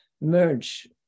merge